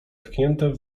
tknięte